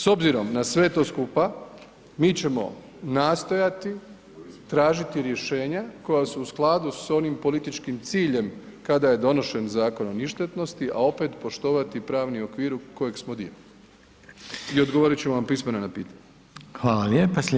S obzirom na sve to skupa mi ćemo nastojati tražiti rješenja koja su u skladu s onim političkim ciljem kada je donošen Zakon o ništetnosti, a opet poštovati pravni okvir kojeg smo dio i odgovorit ću vam pismeno na pitanje.